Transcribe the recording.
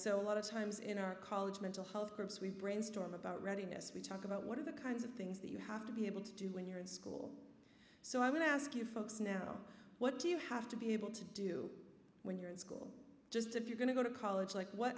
so a lot of times in our college mental health groups we brainstorm about readiness we talk about what are the kinds of things that you have to be able to do when you're in school so i want to ask you folks now what do you have to be able to do when you're in school just if you're going to go to college like what